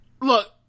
Look